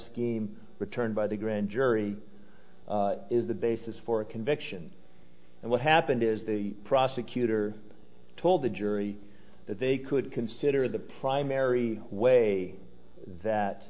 scheme returned by the grand jury is the basis for a conviction and what happened is the prosecutor told the jury that they could consider the primary way that